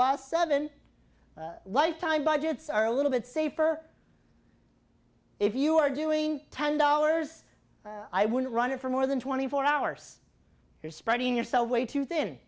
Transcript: last seven lifetime budgets are a little bit safer if you are doing ten dollars i wouldn't run it for more than twenty four hours you're spreading yourself way too thin